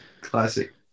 Classic